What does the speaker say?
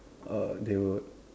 err they would